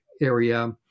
area